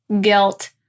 guilt